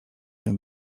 się